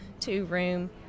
two-room